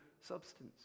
substance